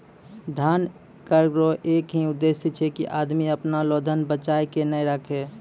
धन कर रो एक ही उद्देस छै की आदमी अपना लो धन बचाय के नै राखै